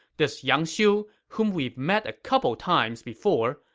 this yang xiu, whom we've met a couple times before,